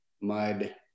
mud